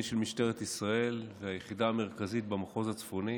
של משטרת ישראל והיחידה המרכזית במחוז הצפוני